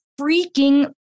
freaking